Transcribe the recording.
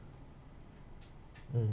mm